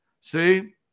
see